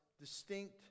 distinct